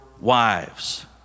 wives